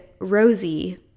Rosie